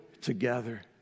together